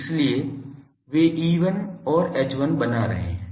इसलिए वे E1 और H1 बना रहे हैं